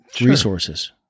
resources